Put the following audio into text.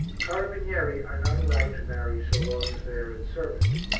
carabinieri are not allowed to marry so long as they are in service,